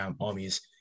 armies